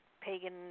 pagan